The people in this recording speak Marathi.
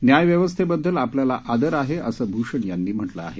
न्यायव्यवस्थेबददल आपल्याला आदर आहे असं भूषण यांनी म्हटलं आहे